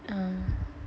yeah